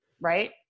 right